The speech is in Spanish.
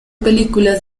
películas